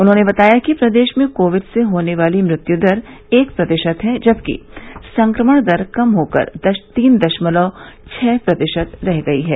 उन्होंने बताया कि प्रदेश में कोविड से होने वाली मृत्यु दर एक प्रतिशत है जबकि संक्रमण दर कम होकर तीन दशमलव छः प्रतिशत रह गई है